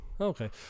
Okay